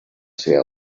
ser